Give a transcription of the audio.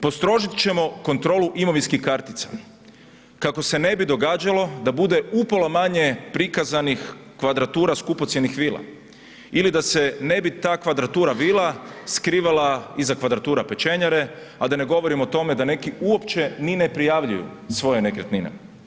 Postrožit ćemo kontrolu imovinskih kartica kako se ne bi događalo da bude upola manje prikazanih kvadratura skupocjenih vila ili da se ne bi ta kvadratura skrivala iza kvadratura pečenjare, a da ne govorim o tome da neki uopće ni ne prijavljuju svoje nekretnine.